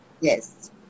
yes